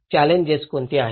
challenges कोणती आहेत